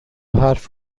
حرف